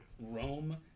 Rome